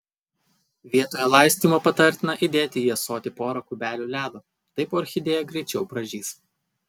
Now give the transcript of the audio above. vietoje laistymo patartina įdėti į ąsotį pora kubelių ledo taip orchidėja greičiau pražys